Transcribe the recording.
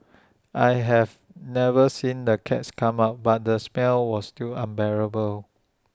I have never seen the cats come out but the smell was still unbearable